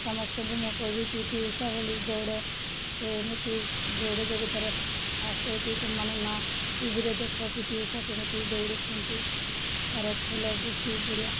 ସମସ୍ତଙ୍କୁ ମୁଁ କହିବି ପି ଟି ଉଷା ଭଳି ଦୌଡ଼ ସେ ଏମିତି ଦୌଡ଼ ପ୍ରଯୋଗିତାରେ ଫାଷ୍ଟ ହେଉଛି ତ ମାନେ ନ ଟିଭିରେ ଦେଖ ପି ଟି ଉଷା କେମିତି ଦୌଡ଼ୁଛନ୍ତି ତା'ର ଖେଳ ବେଶୀ ବଢ଼ଆ